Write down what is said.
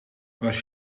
was